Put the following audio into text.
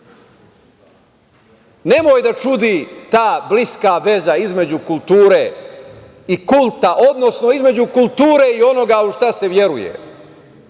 Nemoj da čudi ta bliska veza između kulture i kulta, odnosno, između kulture i onoga u šta se veruje,